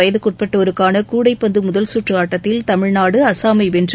வயதுக்குஉட்பட்டோருக்கானகூடைப்பந்துமுதல் கற்றுஆட்டத்தில் தமிழ்நாடு அஸ்ஸாமைவென்று